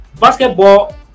basketball